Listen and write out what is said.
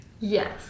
Yes